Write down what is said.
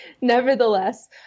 nevertheless